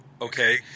Okay